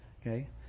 Okay